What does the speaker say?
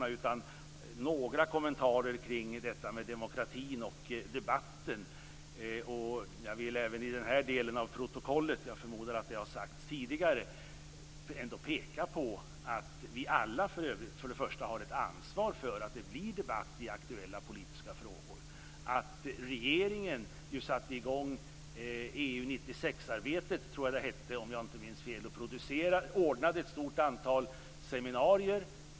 Jag skall i stället ge några kommentarer om detta med demokratin och debatten. Jag vill även i den här delen av protokollet - jag förmodar att det har sagts tidigare - ändå peka på att vi alla har ett ansvar för att det blir en debatt i aktuella politiska frågor. Regeringen satte ju i gång EU 96-arbetet, tror jag det hette, och ordnade ett stort antal seminarier.